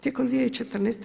Tijekom 2014.